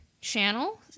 channel